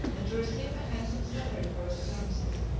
and to receive a handsome salary for your services,